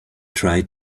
tried